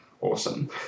Awesome